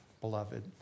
beloved